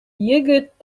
егет